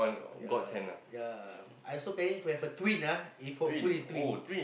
ya ya I also planning to have a twin ah if hopefully twin